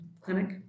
clinic